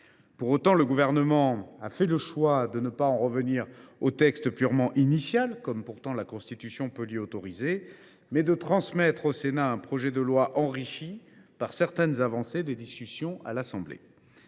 Néanmoins, le Gouvernement a fait le choix de ne pas en revenir au texte initial, comme la Constitution l’y autorisait, mais de transmettre au Sénat un projet de loi enrichi par certaines avancées des discussions à l’Assemblée